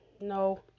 No